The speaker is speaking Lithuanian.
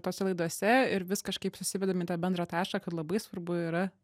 tose laidose ir vis kažkaip susivedam į tą bendrą tašką kad labai svarbu yra